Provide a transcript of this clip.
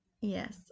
yes